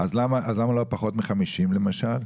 אז למה לא פחות מ-50, למשל?